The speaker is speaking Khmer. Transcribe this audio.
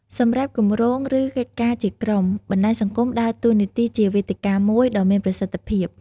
សម្រាប់គម្រោង ឬកិច្ចការជាក្រុម បណ្ដាញសង្គមដើរតួនាទីជាវេទិកាមួយដ៏មានប្រសិទ្ធភាព។